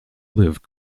lived